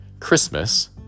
Christmas